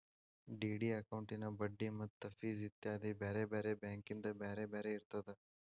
DD ಅಕೌಂಟಿನ್ ಬಡ್ಡಿ ಮತ್ತ ಫಿಸ್ ಇತ್ಯಾದಿ ಬ್ಯಾರೆ ಬ್ಯಾರೆ ಬ್ಯಾಂಕಿಂದ್ ಬ್ಯಾರೆ ಬ್ಯಾರೆ ಇರ್ತದ